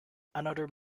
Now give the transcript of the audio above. another